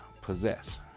possess